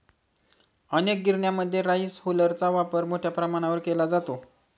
अनेक गिरण्यांमध्ये राईस हुलरचा वापर मोठ्या प्रमाणावर केला जातो